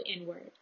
inward